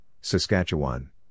Saskatchewan